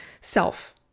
self